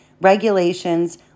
regulations